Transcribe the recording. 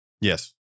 Yes